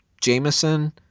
Jameson